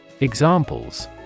Examples